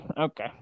Okay